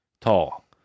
tall